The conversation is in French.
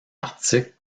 articles